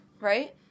Right